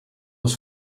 was